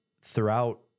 throughout